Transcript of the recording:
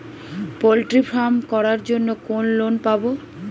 Poultry farm করার জন্য কোন লোন পাব?